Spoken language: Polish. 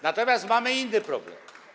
Natomiast mamy inny problem.